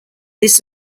this